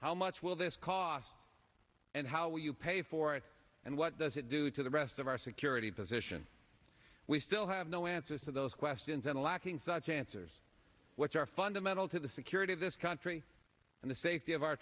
how much will this cost and how will you pay for it and what does it do to the rest of our security position we still have no answers to those questions and lacking such answers which are fundamental to the security of this country and the safety of our